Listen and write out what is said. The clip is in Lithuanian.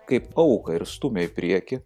kaip auką ir stumia į priekį